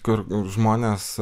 kur žmonės